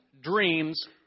dreams